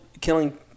killing